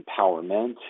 empowerment